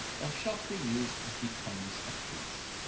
thou shalt be used as becomes a prince.